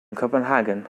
copenhagen